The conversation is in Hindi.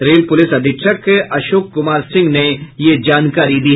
रेल पुलिस अधीक्षक अशोक कुमार सिंह ने यह जानकारी दी